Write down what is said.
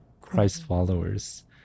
Christ-followers